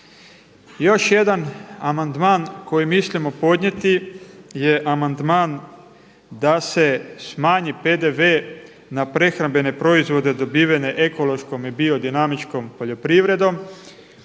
Još jedan amandman koji mislimo podnijeti je amandman da se smanji PDV na prehrambene proizvode dobivene ekološkom i biodinamičkom poljoprivredom